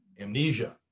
Amnesia